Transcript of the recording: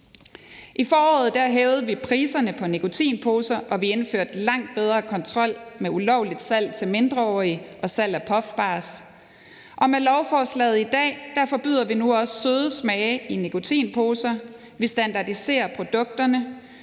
I foråret hævede vi priserne på nikotinposer, og vi indførte langt bedre kontrol med ulovligt salg til mindreårige og salg af puffbarer, og med lovforslaget i dag forbyder vi nu også søde smage i nikotinposer, vi standardiserer produkterne,